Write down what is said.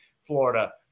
Florida